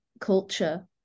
culture